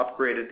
upgraded